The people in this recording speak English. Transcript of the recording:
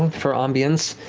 for ambiance.